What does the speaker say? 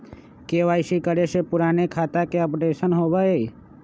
KYC करें से पुराने खाता के अपडेशन होवेई?